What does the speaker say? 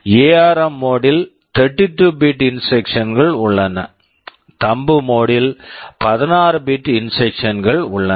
ARM ARM mode mode ல் 32 bit bit instructions instructions கள் உள்ளன தம்ப் மோட் thumb mode ல் 16 பிட் bit இன்ஸ்ட்ரக்க்ஷன்ஸ் instructions கள் உள்ளன